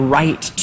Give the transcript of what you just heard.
right